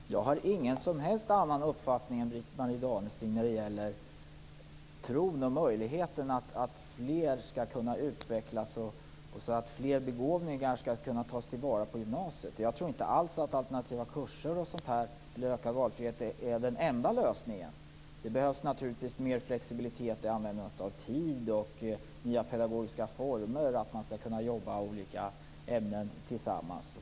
Fru talman! Jag har ingen som helst annan uppfattning än Britt-Marie Danestig när det gäller tron och möjligheten att fler begåvningar skall kunna tas till vara på gymnasiet. Jag tror inte alls att alternativa kurser eller ökad valfrihet är den enda lösningen. Det behövs naturligtvis mer flexibilitet i användandet av tid och nya pedagogiska former och när det gäller att jobba tillsammans i olika ämnen.